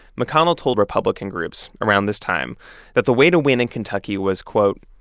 mcconnell told republican groups around this time that the way to win in kentucky was, quote,